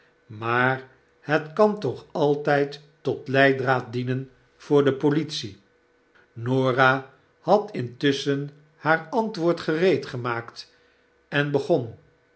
maar het kan toch altijd tot leidraad dienen voor de politie norah had intusschen haar antwoord gereedgemaakt en begon